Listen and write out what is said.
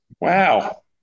wow